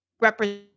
represent